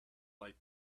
like